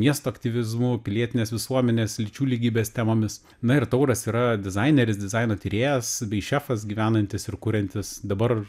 miesto aktyvizmu pilietinės visuomenės lyčių lygybės temomis na ir tauras yra dizaineris dizaino tyrėjas bei šefas gyvenantis ir kuriantis dabar